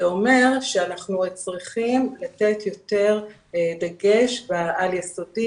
זה אומר שאנחנו צריכים לתת יותר דגש בעל יסודי